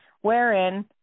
wherein